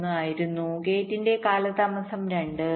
3 ആയിരുന്നു ഗേറ്റിന്റെ കാലതാമസം 2